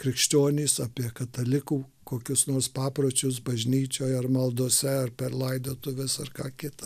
krikščionys apie katalikų kokius nors papročius bažnyčioje ar maldose ar per laidotuves ar ką kitą